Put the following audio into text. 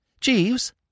Jeeves